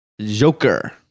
Joker